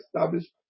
established